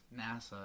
nasa